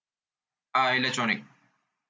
uh electronic